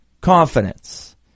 confidence